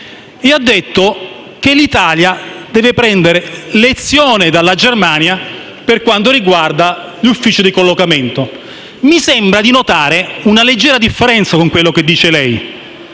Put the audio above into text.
e ha detto che l'Italia deve prendere lezioni dalla Germania per quanto riguarda gli uffici di collocamento. Mi sembra di notare una leggera differenza con quello che dice lei.